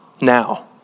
now